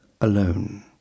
alone